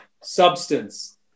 substance